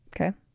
Okay